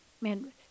Man